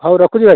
ହଉ ରଖୁଛି ଭାଇ